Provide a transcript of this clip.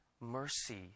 mercy